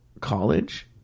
college